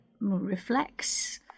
reflects